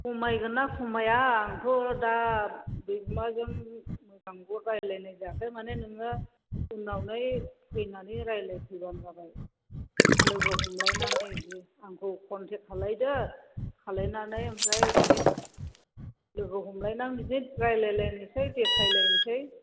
खमायगोन ना खमाया आंथ' दा बिगोमाजों मोजांबो रायज्लायनाय जायाखै माने नोङो सोंनानै फैनानै रायज्लाय फैबानो जाबाय लोगो हमलायनानै बिदि आंखौ कन्टेक्ट खालामदो खालामनानै ओमफ्राय माने लोगो हमलायना बिदि रायज्लायलायनोसै देखायलायनोसै